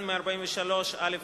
ו-143(א)